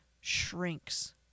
shrinks